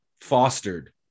Fostered